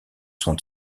sont